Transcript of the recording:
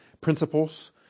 principles